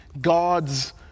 God's